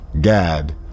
Gad